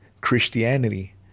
Christianity